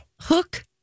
hook